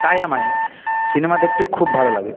তাই আমায় সিনেমা দেখতে খুব ভালো লাগে